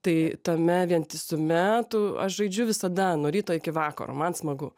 tai tame vientisume tu aš žaidžiu visada nuo ryto iki vakaro man smagu